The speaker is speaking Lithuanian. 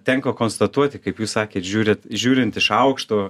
tenka konstatuoti kaip jūs sakėt žiūrit žiūrint iš aukšto